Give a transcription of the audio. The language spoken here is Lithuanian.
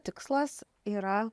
tikslas yra